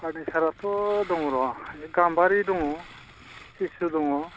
फार्निसारआथ' दङ र' बे गाम्बारि दङ सिसु दङ